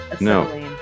No